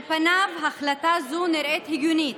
על פניו, החלטה זו נראית הגיונית,